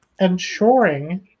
ensuring